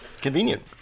Convenient